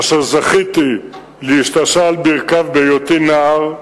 אשר זכיתי להשתעשע על ברכיו בהיותי נער,